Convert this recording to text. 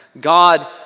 God